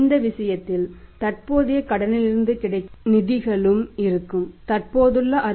இந்த விஷயத்தில் தற்போதைய கடன்களிலிருந்து கிடைக்கும் நிதிகளும் இருக்கும் தற்போதுள்ள 63